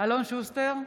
אלון שוסטר,